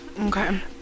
okay